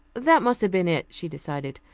that must have been it, she decided.